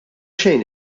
xejn